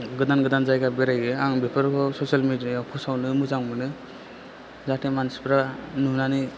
गोदान गोदान जायगा बेराइहैयो आं बेफोरखौ ससियेल मेदिया याव फोसावनो मोजां मोनो जाहाथे मानसिफ्रा नुनानै